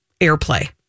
airplay